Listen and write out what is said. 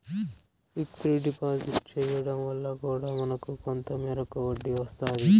fixed deposit చేయడం వల్ల కూడా మనకు కొంత మేరకు వడ్డీ వస్తాది